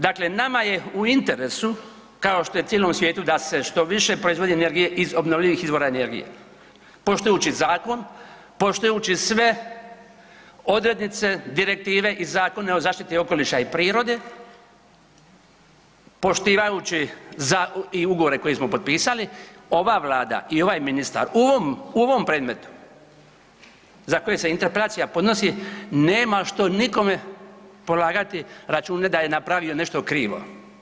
Dakle nama je u interesu kao što je cijelom svijetu, da se što više energije proizvodi energije iz obnovljivih izvora energije, poštujući zakon, poštujući sve odrednice, direktive i zakone o zaštiti okoliša i prirode, poštivajući za, i ugovore koje smo potpisali, ova Vlada i ovaj ministar u ovom predmetu, za koje se Interpelacija podnosi nema što nikome polagati račune da je napravio nešto krivo.